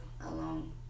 alone